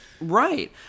Right